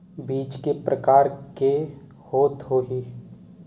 बीज के प्रकार के होत होही?